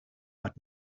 but